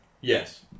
Yes